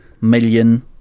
million